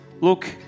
look